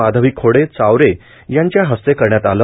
माधवी खोडे चावरे यांच्या हस्ते करण्यात आलं